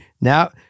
Now